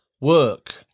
Work